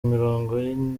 umurongo